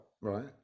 right